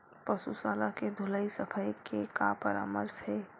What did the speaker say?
पशु शाला के धुलाई सफाई के का परामर्श हे?